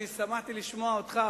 שמחתי לשמוע אותך,